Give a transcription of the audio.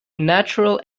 natural